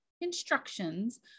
instructions